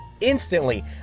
instantly